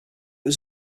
was